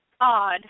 odd